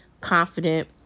confident